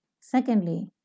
Secondly